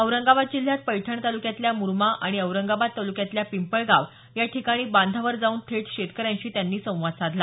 औरंगाबाद जिल्ह्यात पैठण तालुक्यातल्या मुरमा आणि औरंगाबाद तालुक्यातल्या पिंपळगाव या ठिकाणी बांधावर जाऊन थेट शेतकऱ्यांशी संवाद साधला